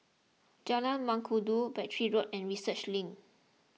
Jalan Mengkudu Battery Road and Research Link